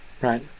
Right